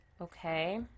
Okay